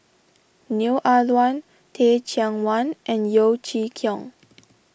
Neo Ah Luan Teh Cheang Wan and Yeo Chee Kiong